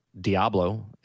Diablo